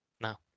No